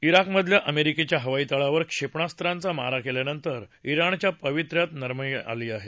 ा राकमधल्या अमेरिकेच्या हवाईतळावर क्षेपणास्त्राचा मारा केल्यानंतर राणच्या पवित्र्यात नरमाई आली आहे